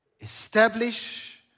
establish